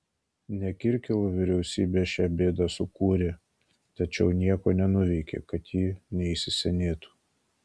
ne kirkilo vyriausybė šią bėdą sukūrė tačiau nieko nenuveikė kad ji neįsisenėtų